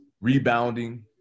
rebounding